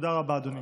תודה רבה, אדוני.